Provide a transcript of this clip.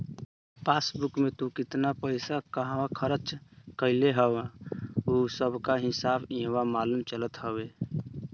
passbook में तू केतना पईसा कहवा खरच कईले हव उ सबकअ हिसाब इहवा मालूम चलत हवे